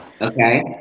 Okay